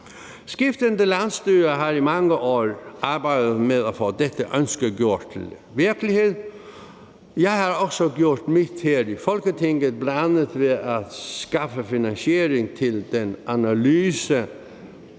Skiftende landsstyrer har i mange år arbejdet med at få dette ønske gjort til virkelighed. Jeg har også gjort mit her i Folketinget, bl.a. ved at skaffe finansiering til den analyse,